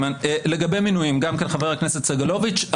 חבר הכנסת סגלוביץ',